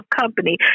company